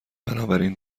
بنابراین